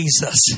Jesus